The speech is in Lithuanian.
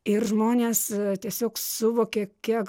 ir žmonės tiesiog suvokė kiek